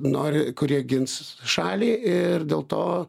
nori kurie gins šalį ir dėl to